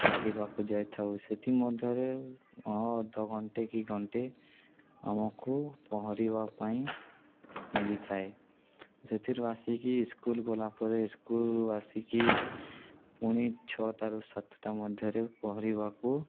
ଗାଧୋଇବାକୁ ଯାଇଥାଉ ସେଥିମଧ୍ୟରେ ଅଧ ଘଣ୍ଟେ କି ଘଣ୍ଟେ ଆମକୁ ପହଁରିବା ପାଇଁ ମିଳିଥାଏ ସେଥିରୁ ଆସିକି ସ୍କୁଲ୍ ଗଲାପରେ ସ୍କୁଲରୁ ଆସିକି ପୁଣି ଛଅଟାରୁ ସାତଟା ମଧ୍ୟରେ ପହଁରିବାକୁ